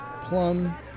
plum